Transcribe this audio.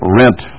rent